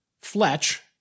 Fletch